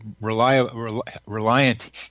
reliant